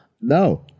No